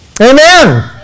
Amen